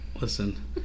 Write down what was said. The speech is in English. Listen